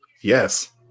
yes